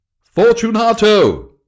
Fortunato